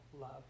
love